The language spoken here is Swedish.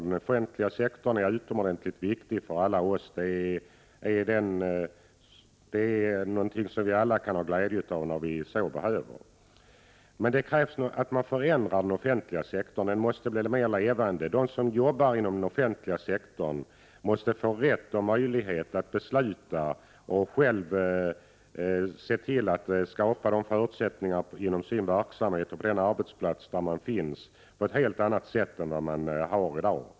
Den offentliga sektorn är utomordentligt viktig för oss alla — den har vi alla glädje av när vi så behöver. Men på den offentliga sektorn krävs det mera. Den måste bli mer levande. De som jobbar i den offentliga sektorn måste få rätt och möjlighet att själva besluta om och skapa förutsättningarna på sin egen arbetsplats på ett helt annat sätt än vad de har i dag.